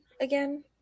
again